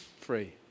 Free